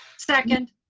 second.